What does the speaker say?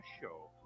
show